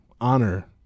honor